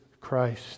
Christ